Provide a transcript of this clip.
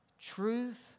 truth